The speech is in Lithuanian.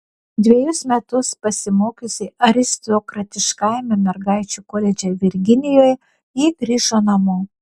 dvejus metus pasimokiusi aristokratiškajame mergaičių koledže virginijoje ji grįžo namo